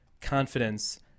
confidence